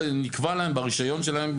נקבע להן ברישיון שלהן,